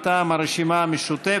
מטעם הרשימה המשותפת.